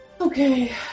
Okay